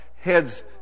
heads